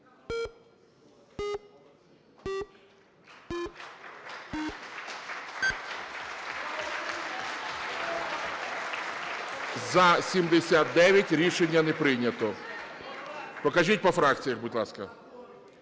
За-79 Рішення не прийнято. Покажіть по фракціям, будь ласка.